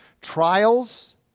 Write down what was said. Trials